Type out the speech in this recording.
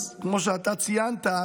כמו שאתה ציינת,